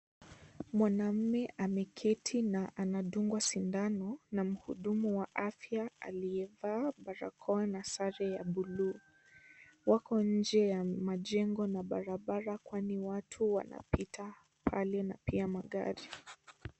Mwanamme ameketi na anadungwa sindano na mhudumu wa afya aliyevaa barakoa na sare ya bluu. Wako nje ya majengo na barabara kwani watu wanapita pale na pia magari.